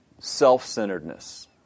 Self-centeredness